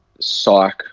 psych